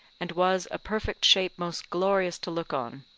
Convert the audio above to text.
and was a perfect shape most glorious to look on